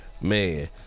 Man